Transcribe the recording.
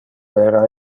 era